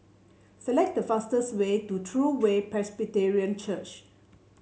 select the fastest way to True Way Presbyterian Church